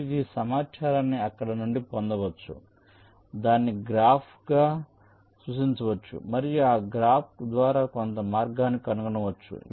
మీరు ఈ సమాచారాన్ని అక్కడ నుండి పొందవచ్చు దానిని గ్రాఫ్గా సూచించవచ్చు మరియు ఆ గ్రాఫ్ ద్వారా కొంత మార్గాన్ని కనుగొనవచ్చు